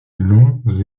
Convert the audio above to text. longs